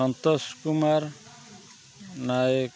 Santosh Kumar Nayak